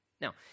Now